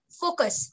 focus